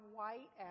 white